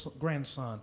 grandson